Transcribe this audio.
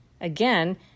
Again